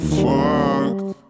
fucked